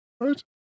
right